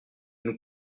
nous